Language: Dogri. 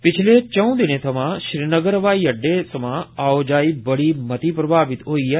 पिच्छले चार दिनें थवां श्रीनगर हवाई अड्डे सोयां आवा जाई बड़ी मती प्रमावित रेई ऐ